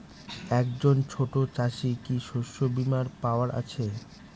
একজন ছোট চাষি কি শস্যবিমার পাওয়ার আছে?